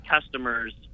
customers